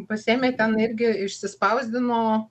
pasiėmė ten irgi išsispausdino